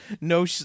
no